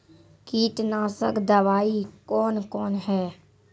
कीटनासक दवाई कौन कौन हैं?